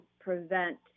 prevent